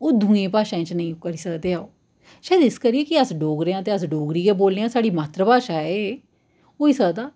ओह् दूइयें भाशाएं च नेईं करी सकदे ओ शायद इस करियै के अस डोगरें आं ते अस डोगरी गै बोलनेआं साढ़ी मातृ भाशा ऐ एह्